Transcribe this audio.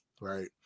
right